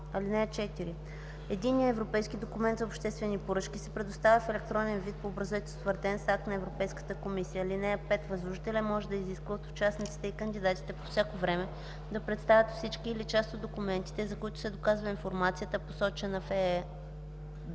(4) Единният европейски документ за обществени поръчки се предоставя в електронен вид по образец, утвърден с акт на Европейската комисия. (5) Възложителят може да изисква от участниците и кандидатите по всяко време да представят всички или част от документите, чрез които се доказва информацията, посочена в